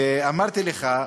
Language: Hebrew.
ואמרתי לך,